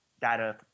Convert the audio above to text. data